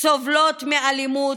סובלות מאלימות,